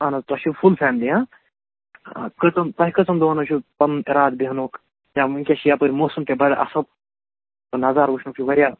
اَہَن حظ توہہِ چھُو فُل فیملی ہا کٔژَن آ کٔژَن تۅہہِ کٔژن دۄہَن حظ چھُو پَنُن اِرادٕ بیٚہنُک یا وُنکٮ۪س چھِ یَپٲرۍ موسَم تہِ بَڈٕ اَصٕل نظارٕ وُچھنُک چھُ واریاہ